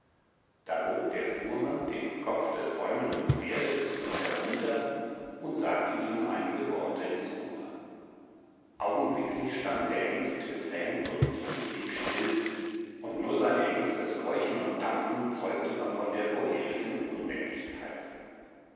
da bog der fuhrmann den kopf des bäumenden pferdes zu sich herunter und sagte ihm einige worte ins ohr augenblicklich stand der hengst gezähmt und friedlich still und nur sein erhitztes keuchen und dampfen zeugte noch von der vorherigen unbändigkeit